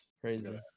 crazy